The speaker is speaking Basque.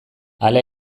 hala